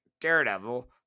Daredevil